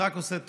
זה רק עושה טוב.